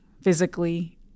physically